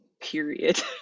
Period